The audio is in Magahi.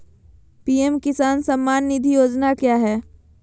पी.एम किसान सम्मान निधि योजना क्या है?